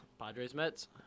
Padres-Mets